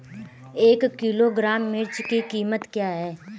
एक किलोग्राम मिर्च की कीमत क्या है?